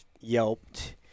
yelped